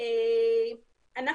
אנחנו